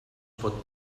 pot